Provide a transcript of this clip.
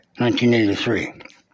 1983